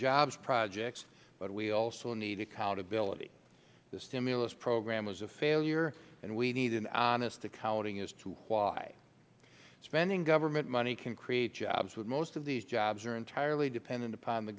jobs projects but we also need accountability the stimulus program was a failure and we need an honest accounting as to why spending government money can create jobs but most of these jobs are entirely dependent upon the